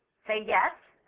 say yes,